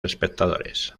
espectadores